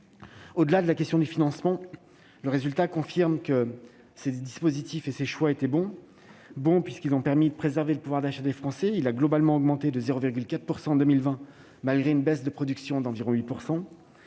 Au-delà de la question du financement, le résultat confirme que l'État a fait les bons choix : ces dispositifs ont permis de préserver le pouvoir d'achat des Français, qui a globalement augmenté de 0,4 % en 2020, malgré une baisse de production d'environ 8